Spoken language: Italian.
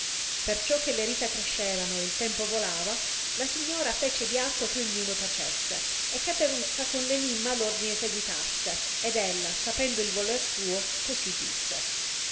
perciò che le risa crescevano e il tempo volava la signora fece di atto che ogniuno tacesse e cateruzza con r enimma ordine seguitasse ed ella sapendo il voler suo così disse